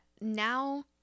now